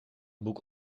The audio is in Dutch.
boek